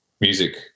music